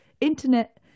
Internet